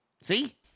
See